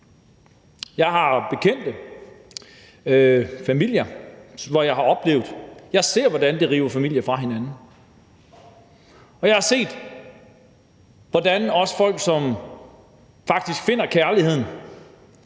nogle, lidt fra skyggesiden af samfundet. Jeg har set, hvordan det river familier fra hinanden, og jeg har set, hvordan også folk, som faktisk finder kærligheden,